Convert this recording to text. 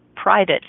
private